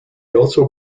also